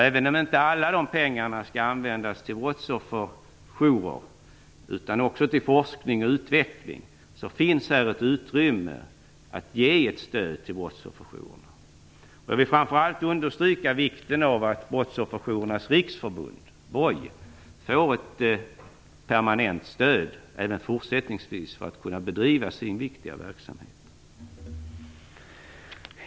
Även om inte alla de pengarna skall användas till brottsofferjourer, utan också till forskning och utveckling, finns här utrymme för att ge stöd till brottsofferjourerna. Jag vill framför allt understryka vikten av att Brottsofferjourernas riksförbund, BOJ, får ett permanent stöd även fortsättningsvis för att kunna bedriva sin viktiga verksamhet.